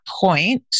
point